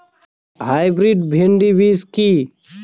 Hybrid ভীন্ডি বীজ কি?